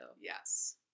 Yes